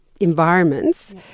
environments